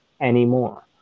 anymore